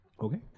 Okay